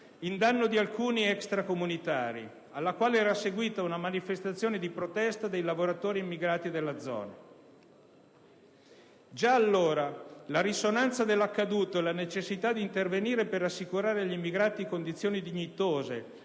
in danno di alcuni extracomunitari, alla quale era seguita una manifestazione di protesta dei lavoratori immigrati della zona. Già allora la risonanza dell'accaduto e la necessità di intervenire per assicurare agli immigrati condizioni dignitose